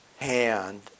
hand